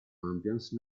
ambience